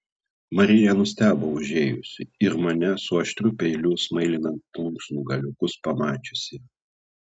marija nustebo užėjusi ir mane su aštriu peiliu smailinant plunksnų galiukus pamačiusi